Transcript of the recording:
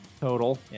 Total